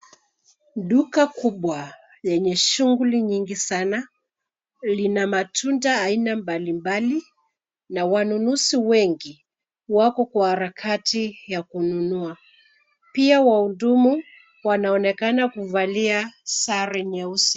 Duka kubwa yenye shuhguli nyingi sana lina matunda aina mbalimbali na wanunuzi wengi wako kwa harakati ya kununua. Pia wahudumu wanaonekana kuvalia sare nyeusi.